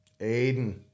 Aiden